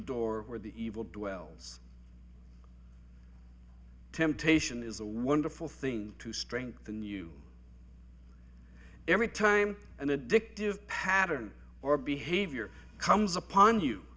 door where the evil boils temptation is a wonderful thing to strengthen you every time an addictive pattern or behavior comes upon you